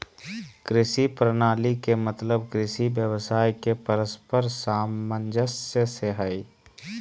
कृषि प्रणाली के मतलब कृषि व्यवसाय के परस्पर सामंजस्य से हइ